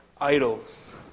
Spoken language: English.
idols